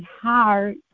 heart